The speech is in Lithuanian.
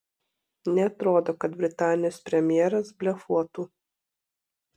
neatrodo kad britanijos premjeras blefuotų